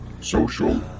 social